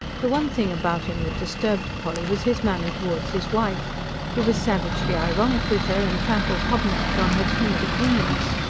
the one thing about him that disturbed polly was his manner towards his wife he was savagely ironic with her, and trampled hobnailed on her timid opinions.